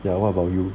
ya what about you